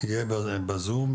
יהיה בזום,